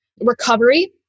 Recovery